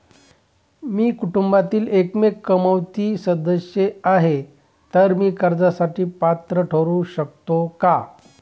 मी कुटुंबातील एकमेव कमावती सदस्य आहे, तर मी कर्जासाठी पात्र ठरु शकतो का?